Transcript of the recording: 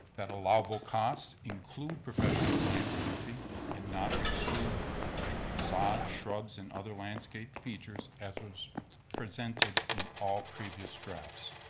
that allowable costs include professional landscaping and not exclude facade, shrubs and other landscape features as was presented in all previous drafts.